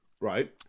Right